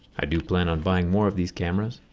i do plan on buying more of these cameras.